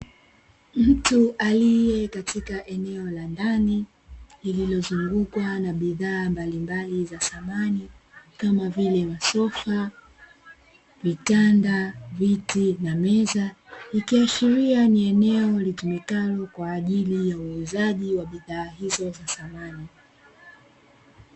Mtu aliye katika eneo la ndani lililozungukwa na bidhaa mbalimbali za samani Kama vile; masofa, Vitanda, viti na meza ikiashiria ni eneo litumikalo kwa ajili ya uuzaji wa bidhaa hizo za samani.